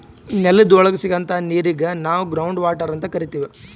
ನೆಲದ್ ಒಳಗ್ ಸಿಗಂಥಾ ನೀರಿಗ್ ನಾವ್ ಗ್ರೌಂಡ್ ವಾಟರ್ ಅಂತ್ ಕರಿತೀವ್